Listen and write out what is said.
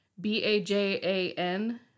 B-A-J-A-N